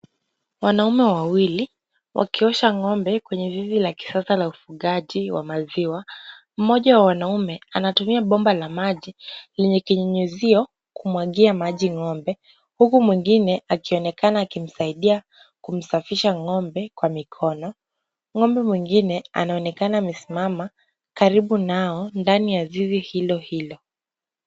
Wanaume wawili wakiosha ngombe kwenye zizi la kisasa la ufugaji wa maziwa, mmoja wa wanaume anatumia bomba la maji lenye kinyunyizio kumwagia maji ngombe, huku mwingine akionekana akimsaidia kumsafisha ngombe kwa mikono. Ngombe mwingine anaonekana amesimama karibu nao ndani ya zizi hilo hilo.